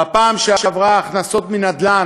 בפעם שעברה הכנסות מנדל"ן,